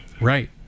Right